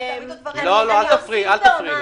אני מבקש לא להפריע.